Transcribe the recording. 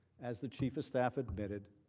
as the chief of staff admitted,